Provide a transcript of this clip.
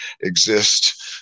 exist